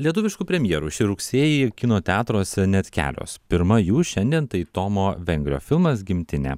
lietuviškų premjerų šį rugsėjį kino teatruose net kelios pirma jų šiandien tai tomo vengrio filmas gimtinė